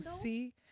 see